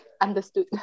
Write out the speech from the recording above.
Understood